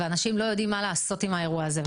ואנשים לא יודעים מה לעשות עם האירוע הזה.